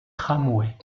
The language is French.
tramway